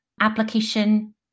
application